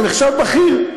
זה נחשב בכיר.